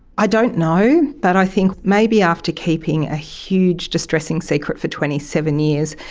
i don't know, but i think maybe after keeping a huge distressing secret for twenty seven years,